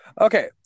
Okay